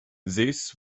zeus